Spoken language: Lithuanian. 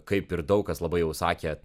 kaip ir daug kas labai jau sakė